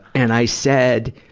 and i said,